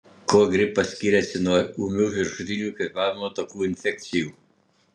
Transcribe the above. kuo gripas skiriasi nuo ūmių viršutinių kvėpavimo takų infekcijų